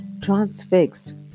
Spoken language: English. transfixed